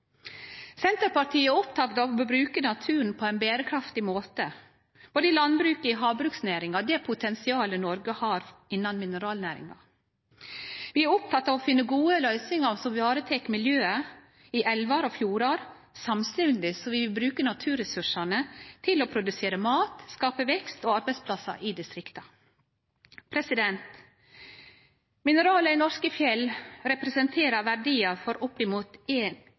Senterpartiet er oppteke av å bruke naturen på ein berekraftig måte i både landbruket, havbruksnæringa, og det potensialet Noreg har innan mineralnæringa. Vi er opptekne av å finne gode løysingar som varetek miljøet i elvar og fjordar. Samstundes vil vi bruke naturressursane til å produsere mat og skape vekst og arbeidsplassar i distrikta. Mineralar i norske fjell representerer verdiar for opp